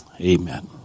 Amen